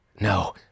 No